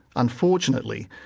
unfortunately,